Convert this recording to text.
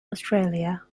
australia